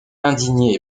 indigné